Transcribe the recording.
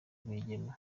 rwigema